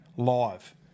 live